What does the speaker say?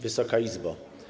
Wysoka Izbo!